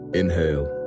inhale